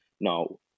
Now